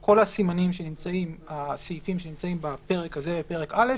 כל הסעיפים שנמצאים בפרק הזה, פרק א',